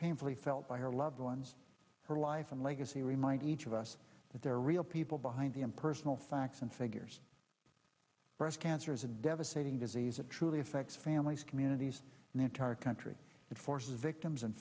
painfully felt by her loved ones her life and legacy remind each of us that there are real people behind the impersonal facts and figures breast cancer is a devastating disease it truly affects families communities and the entire country it forces victims and